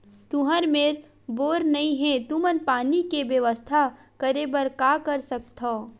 तुहर मेर बोर नइ हे तुमन पानी के बेवस्था करेबर का कर सकथव?